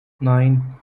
nine